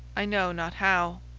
i know not how.